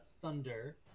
thunder